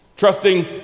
Trusting